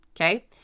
okay